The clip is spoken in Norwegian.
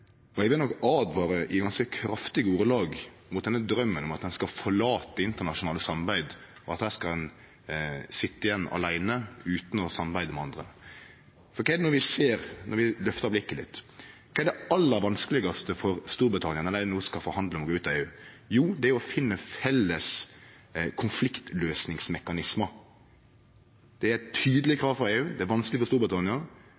Eg vil åtvare i ganske kraftige ordelag mot denne draumen om at ein skal forlate internasjonalt samarbeid, og at ein skal sitje igjen åleine utan å samarbeide med andre. Kva er det vi ser når vi løftar blikket litt? Kva er det aller vanskelegaste for Storbritannia når dei no skal forhandle om å gå ut av EU? Jau, det er å finne felles konfliktløysingsmekanismar. Det er eit tydeleg